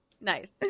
Nice